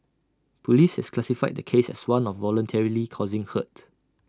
Police have classified the case as one of voluntarily causing hurt